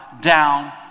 down